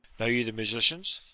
know you the musicians?